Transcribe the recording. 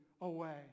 away